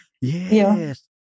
Yes